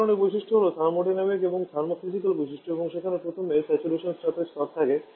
এক ধরণের বৈশিষ্ট্য হল থার্মোডাইনামিক এবং থার্মোফিজিকাল বৈশিষ্ট্য এবং সেখানে প্রথমে স্যাচুরেশন চাপের স্তর থাকে